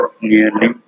nearly